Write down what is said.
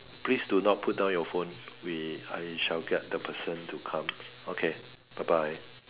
please do not put down your phone we I shall get the person to come okay bye bye